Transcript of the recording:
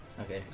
Okay